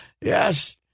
Yes